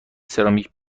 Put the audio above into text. سرامیک